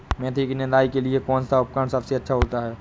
मेथी की निदाई के लिए कौन सा उपकरण सबसे अच्छा होता है?